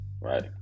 right